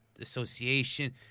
Association